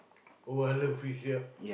oh I love fish yeah